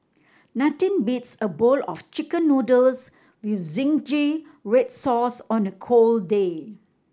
nothing beats a bowl of Chicken Noodles with zingy red sauce on a cold day